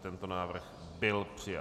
Tento návrh byl přijat.